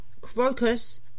Crocus